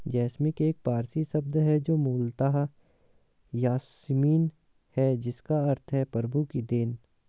jasmine एक पारसी शब्द है जो मूलतः यासमीन है जिसका अर्थ है प्रभु की देन